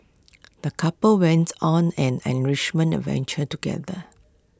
the couple went on an enrichment adventure together